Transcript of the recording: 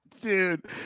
Dude